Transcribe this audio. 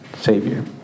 Savior